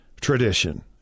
tradition